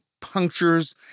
punctures